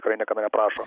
tikrai niekada neprašo